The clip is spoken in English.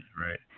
right